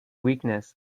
weakness